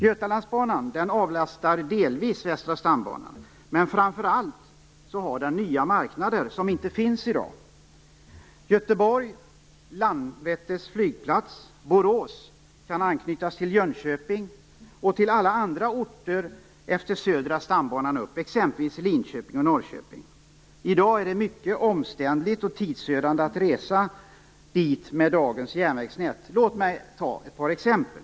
Götalandsbanan avlastar delvis Västra stambanen, men framför allt har den nya marknader som inte finns i dag. Sträckan Göteborg-Landvetter flygplats Borås kan anknytas till Jönköping och alla andra orter norrut utefter Södra stambanan, t.ex. Linköping och Norrköping. I dag är det mycket omständligt och tidsödande att resa dit i och med det nuvarande järnvägsnätet. Låt mig ge ett par exempel.